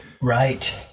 Right